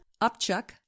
upchuck